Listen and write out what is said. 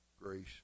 grace